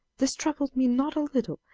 this troubled me not a little,